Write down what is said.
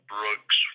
Brooks